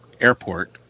Airport